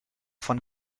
von